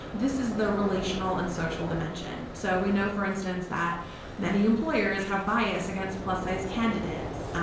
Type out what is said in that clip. this is the relational and social dimension. so we know, for instance, that many employers have bias against plus-size candidates,